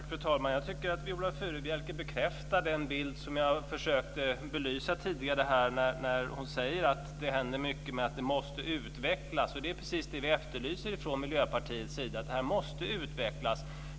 Fru talman! Jag tycker att Viola Furubjelke bekräftar den bild som jag försökte belysa här tidigare när hon säger att det händer mycket och att det måste utvecklas. Det är precis det vi efterlyser från Miljöpartiets sida. Det måste utvecklas.